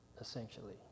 essentially